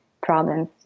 problems